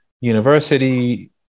university